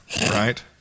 right